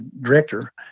director